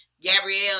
Gabrielle